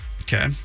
okay